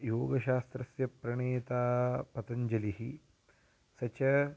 योगशास्त्रस्य प्रणेता पतञ्जलिः स च